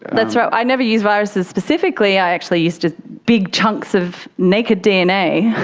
that's right. i never use viruses specifically, i actually used big chunks of naked dna,